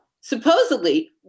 Supposedly